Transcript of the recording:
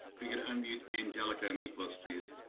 we could unmute angelica miklos, please.